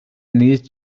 needs